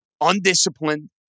undisciplined